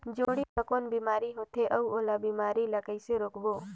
जोणी मा कौन बीमारी होथे अउ ओला बीमारी ला कइसे रोकबो?